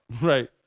Right